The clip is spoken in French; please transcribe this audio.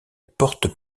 portes